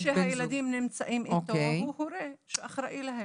מי שהילדים נמצאים איתו הוא הורה שאחראי להם.